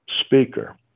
speaker